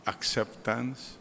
Acceptance